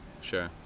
sure